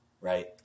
Right